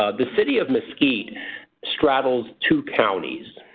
ah the city of mesquite straddles two counties.